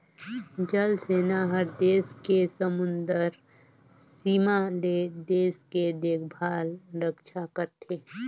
जल सेना हर देस के समुदरर सीमा ले देश के देखभाल रक्छा करथे